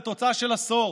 זאת תוצאה של עשור,